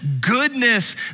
goodness